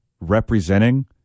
representing